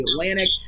Atlantic